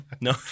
No